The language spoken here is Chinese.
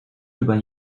日本